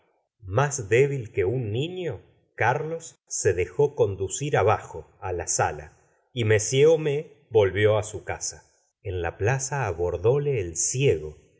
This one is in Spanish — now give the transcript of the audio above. más débil que un nif'ío ca rlos se dejó conducir abajo á la sala y m homais volvió á su casa en la plaza abordóle el ciego